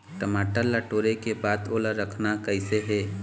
टमाटर ला टोरे के बाद ओला रखना कइसे हे?